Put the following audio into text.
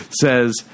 says